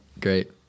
great